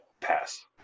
Pass